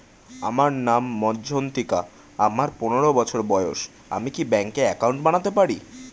আমার নাম মজ্ঝন্তিকা, আমার পনেরো বছর বয়স, আমি কি ব্যঙ্কে একাউন্ট বানাতে পারি?